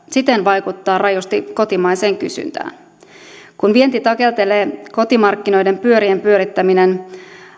siten vaikuttaa rajusti kotimaiseen kysyntään kun vienti takeltelee kotimarkkinoiden pyörien pyörittäminen